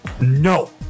No